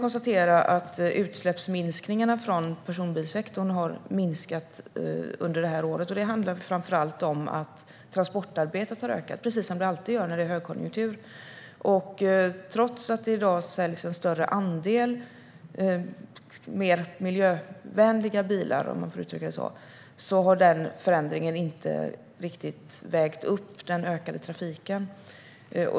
Utsläppsminskningarna från personbilssektorn har stannat av under detta år. Det handlar framför allt om att transportarbetet har ökat, precis som det alltid gör när det är högkonjunktur. Trots att det i dag säljs en större andel mer miljövänliga bilar, om jag får uttrycka det så, har denna förändring inte riktigt vägt upp den ökade trafiken.